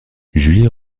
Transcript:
julie